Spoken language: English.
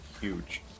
huge